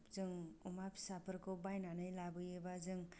जों अमा फिसाफोरखौ बायनानै लाबोयोबा जों